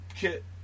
kit